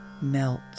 Melt